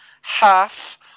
half